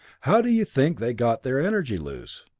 how do you think they got their energy loose?